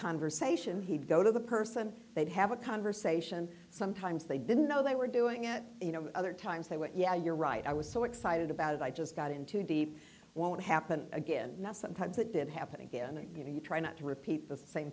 conversation he'd go to the person they'd have a conversation sometimes they didn't know they were doing it you know other times they went yeah you're right i was so excited about it i just got into deep won't happen again not sometimes that didn't happen again and you know you try not to repeat the same